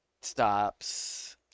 stops